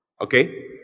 Okay